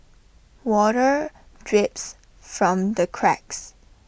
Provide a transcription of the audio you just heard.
water drips from the cracks